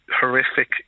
horrific